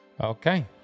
Okay